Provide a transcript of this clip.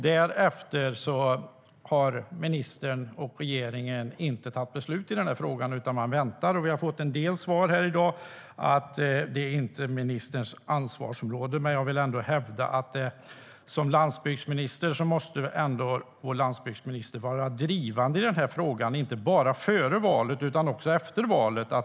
Därefter har regeringen inte fattat något beslut i frågan, utan man väntar. Vi har fått en del svar här i dag, bland annat att det inte är ministerns ansvarsområde. Men jag vill ändå hävda att han som landsbygdsminister måste vara drivande i den här frågan, inte bara före utan också efter valet.